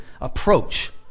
approach